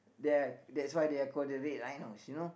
ya that's why they are called the red rhinos you know